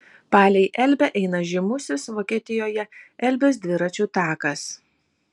palei elbę eina žymusis vokietijoje elbės dviračių takas